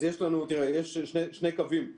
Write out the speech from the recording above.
תראה, יש שני קווים לאירוע.